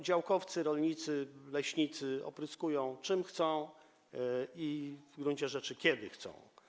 Działkowcy, rolnicy, leśnicy opryskują, czym chcą i w gruncie rzeczy kiedy chcą.